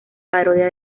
parodia